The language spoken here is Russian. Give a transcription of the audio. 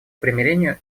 примирению